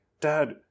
Dad